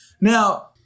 Now